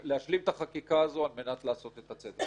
להשלים את החקיקה הזו על מנת לעשות את הצדק.